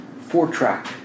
four-track